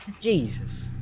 Jesus